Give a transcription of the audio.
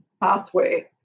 pathway